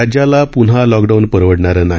राज्याला पून्हा लॉकडाऊन परवडणारं नाही